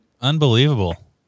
Unbelievable